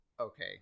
okay